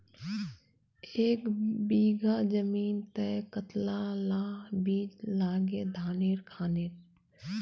एक बीघा जमीन तय कतला ला बीज लागे धानेर खानेर?